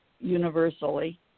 universally